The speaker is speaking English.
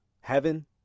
Heaven